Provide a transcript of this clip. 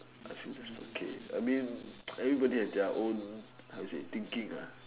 I feel that's okay I mean everybody has their own how to say thinking lah